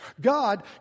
God